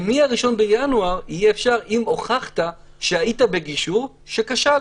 ומ-1 בינואר יהיה אפשר אם הוכחת שהיית בגישור שכשל.